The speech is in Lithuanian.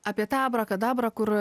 apie tą abrakadabrą kur